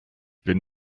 bin